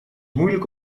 moeilijk